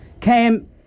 Cam